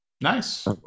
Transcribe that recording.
Nice